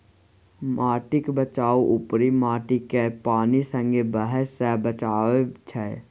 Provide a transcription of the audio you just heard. माटिक बचाउ उपरी माटिकेँ पानि संगे बहय सँ बचाएब छै